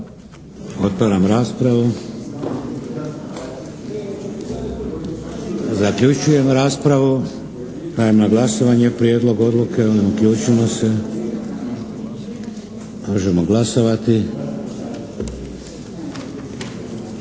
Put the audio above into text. Otvaram raspravu. Zaključujem raspravu. Dajem na glasovanje predloženu odluku. Molim uključimo se. Možemo glasovati.